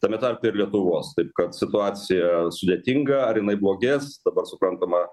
tame tarpe ir lietuvos taip kad situacija sudėtinga ar jinai blogės dabar suprantama